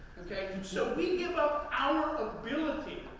okay? so, we give up our ability,